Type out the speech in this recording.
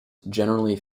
generally